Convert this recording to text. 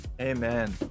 Amen